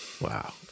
Wow